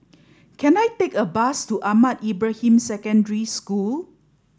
can I take a bus to Ahmad Ibrahim Secondary School